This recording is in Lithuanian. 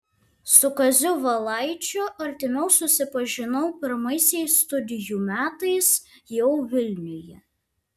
su kaziu valaičiu artimiau susipažinau pirmaisiais studijų metais jau vilniuje